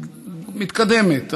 מתקדמת,